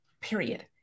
period